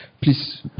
Please